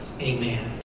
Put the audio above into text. Amen